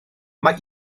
mae